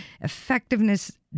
effectiveness